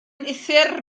uthr